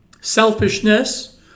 selfishness